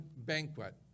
banquet